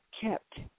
kept